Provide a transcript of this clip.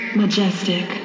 majestic